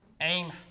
Aim